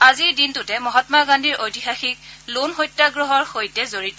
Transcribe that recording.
আজিৰ দিনটো মহাম্মা গান্ধীৰ ঐতিহাসিক লোণ সত্যাগ্ৰহৰ সৈতে জড়িত